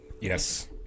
Yes